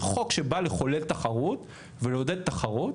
בחוק שבא לחולל תחרות ולעודד תחרות,